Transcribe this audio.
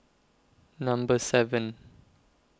Number seven